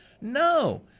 no